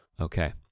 Okay